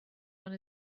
one